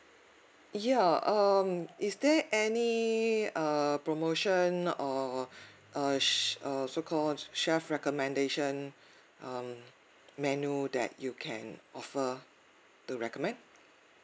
ya um is there any err promotion or uh uh so called chef recommendation um menu that you can offer to recommend